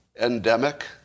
endemic